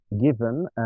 given